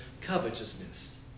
covetousness